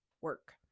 work